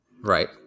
right